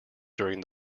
during